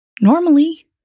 Normally